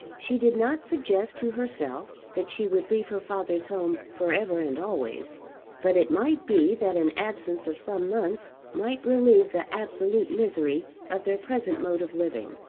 she did not suggest to herself that she would leave her father's home for ever and always but it might be that an absence of some months might relieve the absolute misery of their present mode of living.